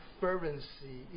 fervency